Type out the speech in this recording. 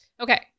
Okay